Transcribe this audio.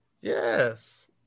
yes